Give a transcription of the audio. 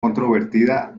controvertida